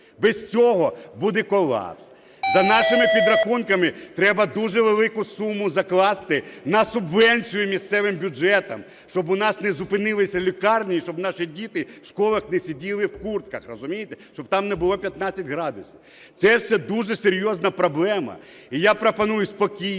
Без цього буде колапс. За нашими підрахунками треба дуже велику суму закласти на субвенцію місцевим бюджетам, щоб у нас не зупинилися лікарні і щоб наші діти в школах не сиділи в куртках, розумієте, щоб там не було 15 градусів. Це все дуже серйозна проблема.